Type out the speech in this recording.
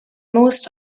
most